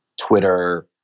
Twitter